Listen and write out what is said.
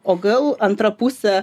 o gal antra pusė